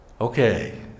okay